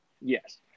Yes